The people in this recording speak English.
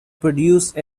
produce